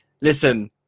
Listen